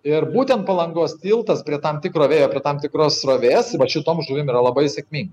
ir būtent palangos tiltas prie tam tikro vėjo prie tam tikros srovės vat šitom žuvim yra labai sėkmingi